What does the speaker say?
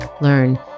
learn